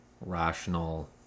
rational